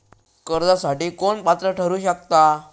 कर्जासाठी कोण पात्र ठरु शकता?